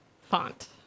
Font